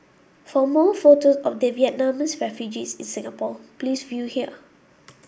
for more photos of the Vietnamese refugees in Singapore please view here